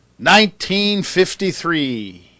1953